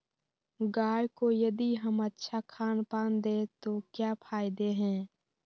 गाय को यदि हम अच्छा खानपान दें तो क्या फायदे हैं?